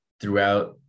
throughout